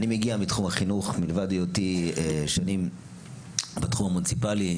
אני מגיע מתחום החינוך מלבד היותי שנים בתחום המוניציפלי.